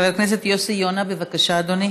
חבר הכנסת יוסי יונה, בבקשה, אדוני.